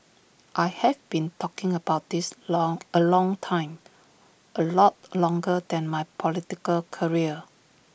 I have been talking about this long A long time A lot longer than my political career